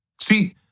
See